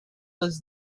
was